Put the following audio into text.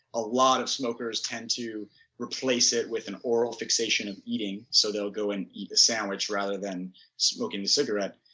a lot of smokers tend to replace it with an oral fixation of eating. so they will go and eat a sandwich rather than smoking the cigarette.